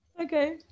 Okay